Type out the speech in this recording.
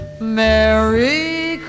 Merry